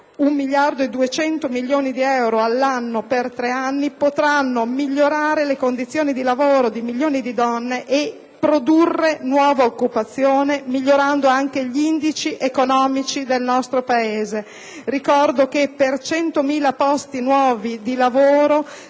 parliamo di 1,2 miliardi di euro all'anno per tre anni, che potranno migliorare le condizioni di lavoro di milioni di donne e produrre nuova occupazione, migliorando anche gli indici economici del nostro Paese. Ricordo che per 100.000 nuovi posti di lavoro